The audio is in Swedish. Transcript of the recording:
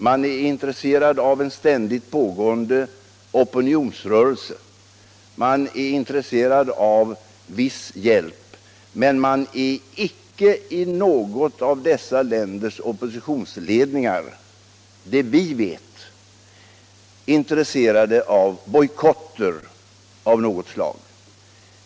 Man är intresserad av en ständigt pågående opinionsrörelse. Man är intresserad av viss hjälp. Men man är icke i dessa länders oppositionsledningar — det vet vi — intresserad av bojkotter av något slag.